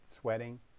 sweating